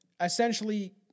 essentially